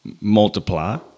multiply